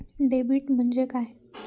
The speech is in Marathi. डेबिट म्हणजे काय?